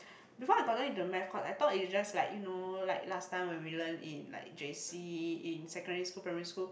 before I gotten into a mass course I thought it just like you know like last time when we learned in like J_C in secondary school primary school